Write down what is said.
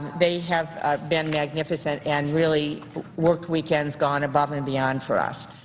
they have been magnificent and really worked weekends, going above and beyond for us.